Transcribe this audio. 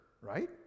right